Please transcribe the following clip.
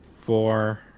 four